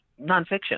nonfiction